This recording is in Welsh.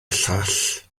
llall